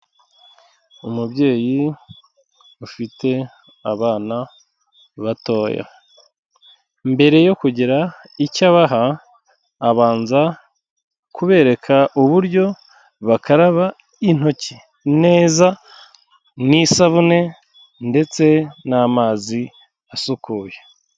Umubyeyi ufite abana batoya, mbere yo kugira icyo abaha abanza kubereka uburyo bakaraba intoki neza n'isabune ndetse n'amazi asukuye.